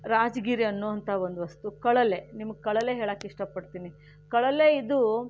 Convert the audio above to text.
ರಾಜಗಿರಿ ಅನ್ನೋವಂಥ ಒಂದು ವಸ್ತು ಕಳಲೆ ನಿಮಗೆ ಕಳಲೆ ಹೇಳಕ್ಕೆ ಇಷ್ಟಪಡ್ತೀನಿ ಕಳಲೆ ಇದು